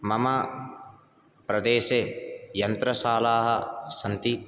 मम प्रदेसे यन्त्रशालाः सन्ति